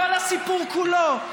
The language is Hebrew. כל הסיפור כולו,